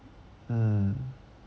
mmhmm